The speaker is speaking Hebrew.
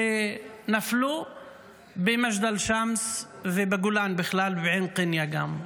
שנפלו במג'דל שאמס ובגולן בכלל, בעין קניא גם.